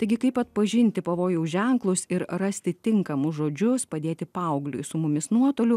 taigi kaip atpažinti pavojaus ženklus ir rasti tinkamus žodžius padėti paaugliui su mumis nuotoliu